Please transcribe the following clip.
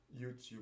youtube